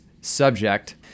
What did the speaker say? subject